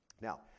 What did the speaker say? Now